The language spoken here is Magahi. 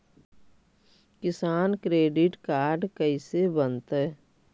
किसान क्रेडिट काड कैसे बनतै?